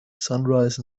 sunrise